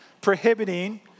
prohibiting